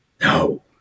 No